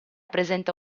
presenta